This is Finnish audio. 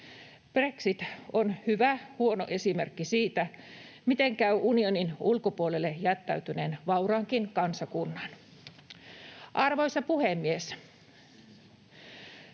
Brexit on hyvä huono esimerkki siitä, miten käy unionin ulkopuolelle jättäytyneen vauraankin kansakunnan. Arvoisa puhemies!